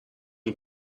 این